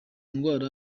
ndwara